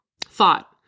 Thought